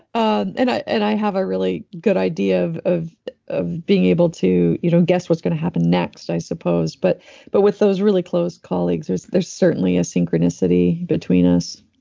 ah and i and i have a really good idea of of being able to you know guess what's going to happen next i suppose. but but with those really close colleagues there's there's certainly a synchronicity between us.